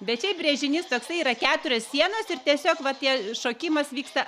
bet jei brėžinys toksai yra keturios sienos ir tiesiog va tie šokimas vyksta